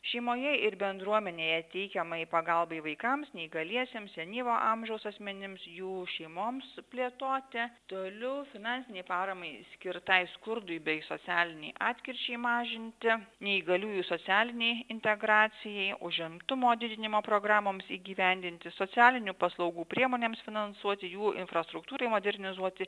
šeimoje ir bendruomenėje teikiamai pagalbai vaikams neįgaliesiems senyvo amžiaus asmenims jų šeimoms plėtoti toliau finansinei paramai skirtai skurdui bei socialinei atskirčiai mažinti neįgaliųjų socialinei integracijai užimtumo didinimo programoms įgyvendinti socialinių paslaugų priemonėms finansuoti jų infrastruktūrai modernizuoti